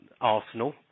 Arsenal